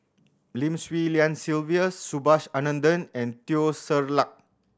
Lim Swee Lian Sylvia Subhas Anandan and Teo Ser Luck